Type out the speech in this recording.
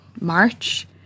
March